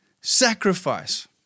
sacrifice